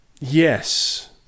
Yes